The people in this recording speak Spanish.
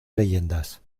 leyendas